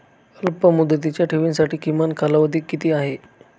अल्पमुदतीच्या ठेवींसाठी किमान कालावधी किती आहे?